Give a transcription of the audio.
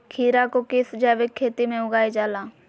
खीरा को किस जैविक खेती में उगाई जाला?